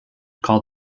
called